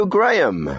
Graham